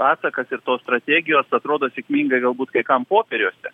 atsakas ir tos strategijos atrodo sėkmingai galbūt kai kam popieriuose